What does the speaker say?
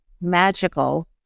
magical